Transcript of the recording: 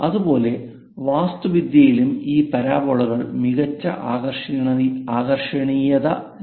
അതുപോലെ വാസ്തുവിദ്യയിലും ഈ പരാബോളകൾ മികച്ച ആകർഷണീയത നൽകുന്നു